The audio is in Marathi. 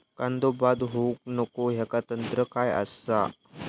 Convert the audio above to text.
कांदो बाद होऊक नको ह्याका तंत्र काय असा?